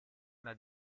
una